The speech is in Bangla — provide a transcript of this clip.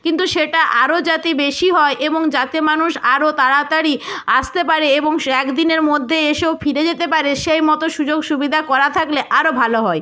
কিন্তু সেটা আরো যাতে বেশি হয় এবং যাতে মানুষ আরও তাড়াতাড়ি আসতে পারে এবং সে এক দিনের মধ্যে এসেও ফিরে যেতে পারে সেই মতো সুযোগ সুবিধা করা থাকলে আরো ভালো হয়